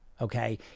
okay